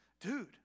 dude